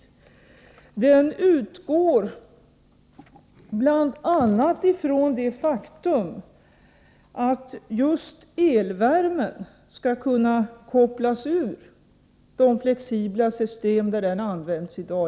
Planeringen utgår bl.a. från det faktum att just elvärmen skall kunna kopplas ur, i första hand när det gäller de flexibla system där den används i dag.